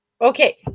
Okay